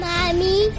Mommy